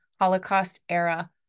Holocaust-era